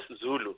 Zulu